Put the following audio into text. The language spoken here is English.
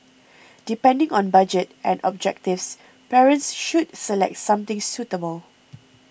depending on budget and objectives parents should select something suitable